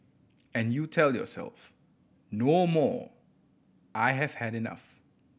and you tell yourself no more I have had enough